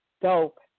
dope